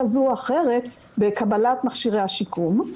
כזאת או אחרת בקבלת מכשירי השיקום.